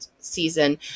season